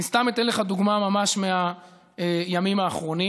אני אתן לך דוגמה מהימים האחרונים.